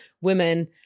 women